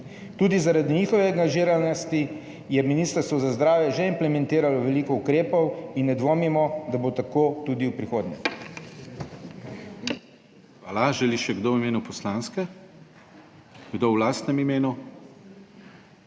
Tudi zaradi njihove angažiranosti je Ministrstvo za zdravje že implementiralo veliko ukrepov in ne dvomimo, da bo tako tudi v prihodnje. PODPREDSEDNIK DANIJEL KRIVEC: Hvala. Želi še kdo v imenu poslanske? Kdo v lastnem imenu?